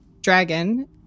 dragon